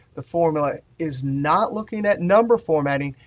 the formula is not looking at number formatting.